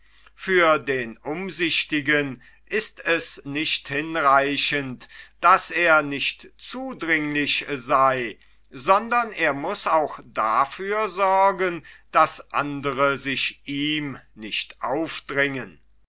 für den umsichtigen ist es nicht hinreichend daß er nicht zudringlich sei sondern er muß auch dafür sorgen daß andre sich ihm nicht aufdringen